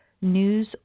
news